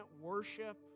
worship